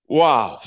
wow